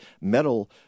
metal